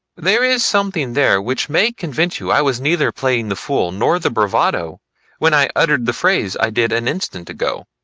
there is something there which may convince you i was neither playing the fool nor the bravado when i uttered the phrase i did an instant ago.